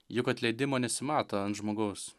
juk atleidimo nesimato ant žmogaus